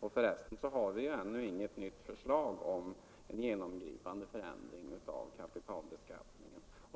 för resten ännu inget nytt förslag om en genomgripande förändring av kapitalbeskattningen.